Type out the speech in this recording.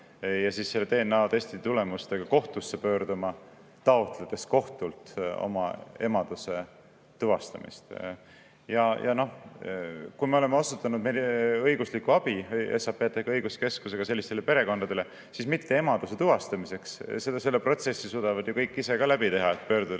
ja siis selle DNA-testi tulemusega kohtusse pöörduma, et taotleda kohtult emaduse tuvastamist. Ja noh, kui me oleme osutanud õiguslikku abi SAPTK õiguskeskusega sellistele perekondadele, siis mitte emaduse tuvastamiseks, sest selle protsessi suudavad ju kõik ise ka läbi teha, pöördudes